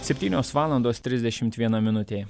septynios valandos trisdešimt viena minutė